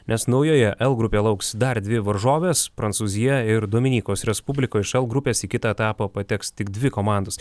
nes naujoje l grupėje lauks dar dvi varžovės prancūzija ir dominikos respublika iš l grupės į kitą etapą pateks tik dvi komandos